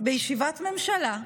בישיבת ממשלה,